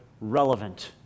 relevant